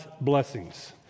blessings